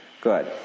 Good